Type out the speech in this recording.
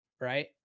right